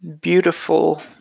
beautiful